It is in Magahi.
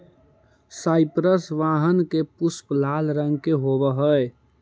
साइप्रस वाइन के पुष्प लाल रंग के होवअ हई